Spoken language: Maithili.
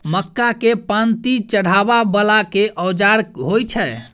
मक्का केँ पांति चढ़ाबा वला केँ औजार होइ छैय?